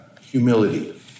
humility